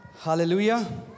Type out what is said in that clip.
Hallelujah